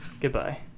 Goodbye